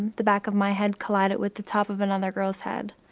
the back of my head collided with the top of another girl's head.